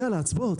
יאללה, הצבעות.